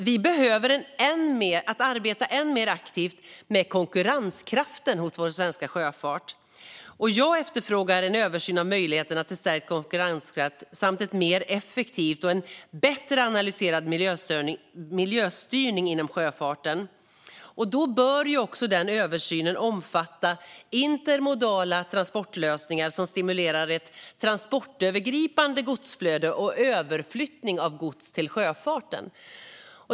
Vi behöver arbeta än mer aktivt med konkurrenskraften hos vår svenska sjöfart. Jag efterfrågar en översyn av möjligheterna till stärkt konkurrenskraft samt en mer effektiv och bättre analyserad miljöstyrning inom sjöfarten. Då bör denna översyn också omfatta intermodala transportlösningar som stimulerar ett transportslagsövergripande godsflöde och överflyttning av gods till sjöfarten.